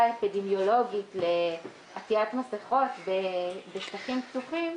האפידמיולוגית לעטיית מסכות בשטחים פתוחים,